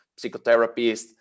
psychotherapist